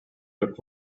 but